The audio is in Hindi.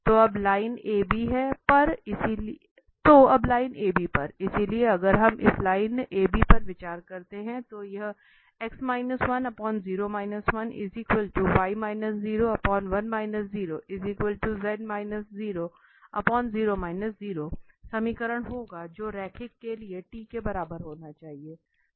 तो अब लाइन AB पर इसलिए अगर हम इस लाइन AB पर विचार करते हैं तो यह समीकरण होगा जो रैखिक के लिए t के बराबर होना चाहिए